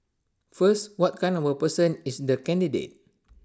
first what kind of person is the candidate